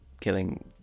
killing